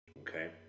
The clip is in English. okay